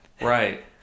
Right